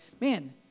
man